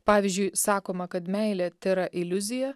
pavyzdžiui sakoma kad meilė tėra iliuzija